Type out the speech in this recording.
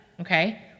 okay